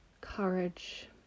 courage